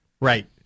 Right